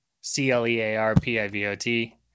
C-L-E-A-R-P-I-V-O-T